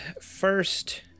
first